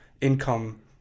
income